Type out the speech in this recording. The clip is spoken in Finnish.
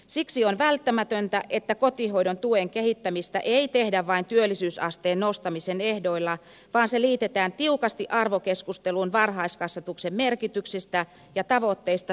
siksi on välttämätöntä että kotihoidon tuen kehittämistä ei tehdä vain työllisyysasteen nostamisen ehdoilla vaan se liitetään tiukasti arvokeskusteluun varhaiskasvatuksen merkityksestä ja tavoitteista suomalaisessa yhteiskunnassa